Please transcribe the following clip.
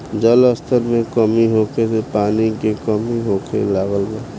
जल स्तर में कमी होखे से पानी के कमी होखे लागल बा